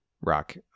rock